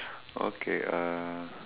okay uh